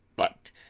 but,